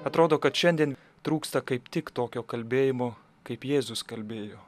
atrodo kad šiandien trūksta kaip tik tokio kalbėjimo kaip jėzus kalbėjo